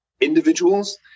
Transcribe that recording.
individuals